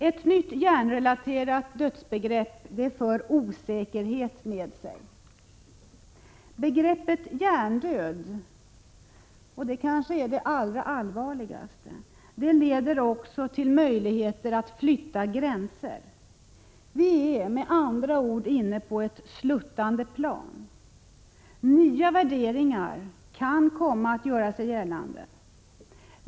Ett nytt hjärnrelaterat dödsbegrepp för osäkerhet med sig. Begreppet hjärndöd — och det kanske är det allra allvarligaste — leder även till möjligheter att flytta gränser. Vi är med andra ord inne på ett sluttande plan. Nya värderingar kan komma att göra sig gällande.